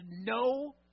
no